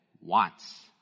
wants